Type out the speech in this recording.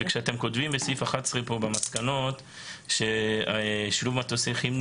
וכשאתם כותבים בסעיף 11 פה במסקנות ששילוב מטוסי כימניר